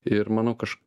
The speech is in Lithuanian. ir manau kaž